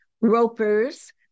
Roper's